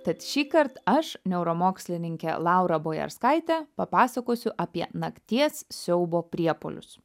tad šįkart aš neuromokslininkė laura bojerskaitė papasakosiu apie nakties siaubo priepuolius